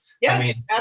Yes